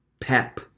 pep